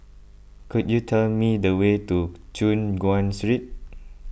could you tell me the way to Choon Guan Street